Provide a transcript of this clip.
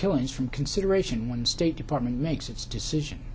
killings from consideration when state department makes its decision